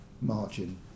margin